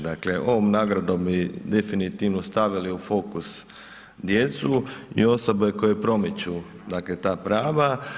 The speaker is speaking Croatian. Dakle ovom nagradom bi definitivno stavili u fokus djecu i osobe koje promiču ta prava.